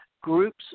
groups